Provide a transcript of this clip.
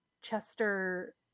Chester